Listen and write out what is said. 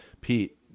pete